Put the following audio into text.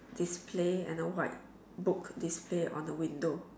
display and a white book display on the window